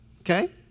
Okay